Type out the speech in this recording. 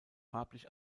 farblich